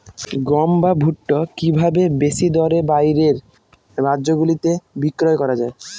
গম বা ভুট্ট কি ভাবে বেশি দরে বাইরের রাজ্যগুলিতে বিক্রয় করা য়ায়?